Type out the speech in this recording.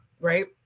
right